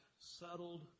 settled